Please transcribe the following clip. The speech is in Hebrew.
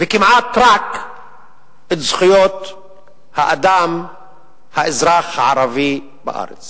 וכמעט רק את זכויות האדם והאזרח הערבי בארץ.